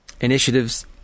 initiatives